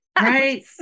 Right